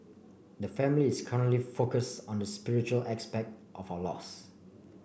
the family is currently focused on the spiritual aspect of our loss